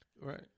Right